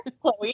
Chloe